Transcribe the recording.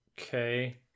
Okay